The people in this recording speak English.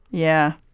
yeah.